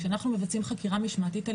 כשאנחנו מבצעים חקירה משמעתית על